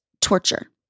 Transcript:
torture